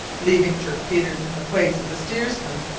leaving dirk peters in the place of the steersman,